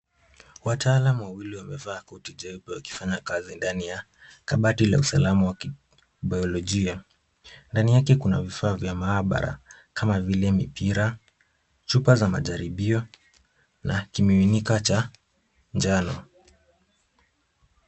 Wataalam wawili wamevaa koti jeupe wakifanya kazi ndani ya kabati la usalama wa kibayolojia. Ndani yake kuna vifaa vya maabara kama vile mipira, chupa za majaribio na kimiminika cha njano.